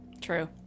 True